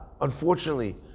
unfortunately